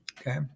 okay